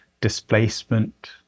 displacement